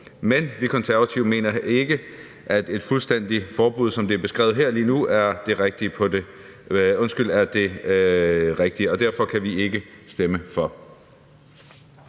Men vi Konservative mener ikke, at et fuldstændigt forbud, som det er beskrevet her, er det rigtige, og derfor kan vi ikke stemme for.